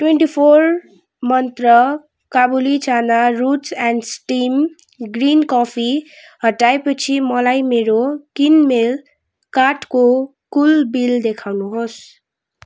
twenty four Mantra काबुली चना र roots and stems green coffee हटाएपछि मलाई मेरो किनमेल कार्टको कुल बिल देखाउनुहोस्